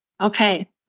Okay